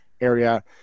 area